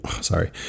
sorry